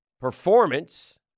performance